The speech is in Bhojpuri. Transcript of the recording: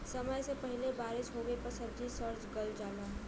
समय से पहिले बारिस होवे पर सब्जी सड़ गल जाला